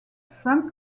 frank